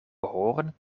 behoren